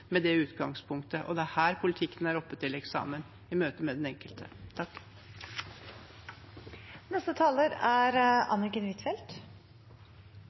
med det utgangspunktet. Det er her politikken er oppe til eksamen – i møte med den enkelte.